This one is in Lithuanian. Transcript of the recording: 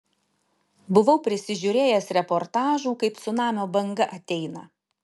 buvau prisižiūrėjęs reportažų kaip cunamio banga ateina